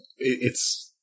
it's-